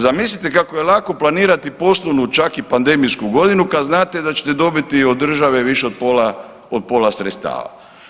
Zamislite kako je lako planirati poslovnu čak i pandemijsku godinu kad znate da ćete dobiti od države više od pola sredstava.